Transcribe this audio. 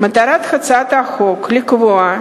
במקצוע האזרחות 20% מהציון הם מה שמכונה "המטלה הביצועית".